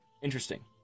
Interesting